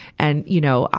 and, you know,